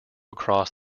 across